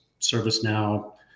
ServiceNow